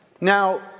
Now